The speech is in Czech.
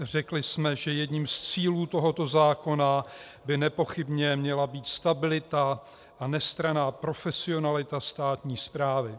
Řekli jsme, že jedním z cílů tohoto zákona by nepochybně měla být stabilita a nestranná profesionalita státní správy.